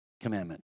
commandment